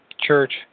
Church